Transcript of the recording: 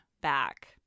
back